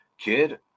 kid